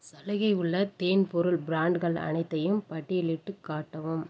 சலுகை உள்ள தேன் பொருள் ப்ராண்ட்கள் அனைத்தையும் பட்டியலிட்டுக் காட்டவும்